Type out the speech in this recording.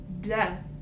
death